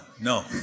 no